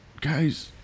guys